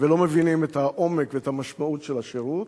ולא מבינים את העומק ואת המשמעות של השירות,